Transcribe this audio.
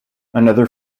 another